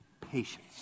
Patience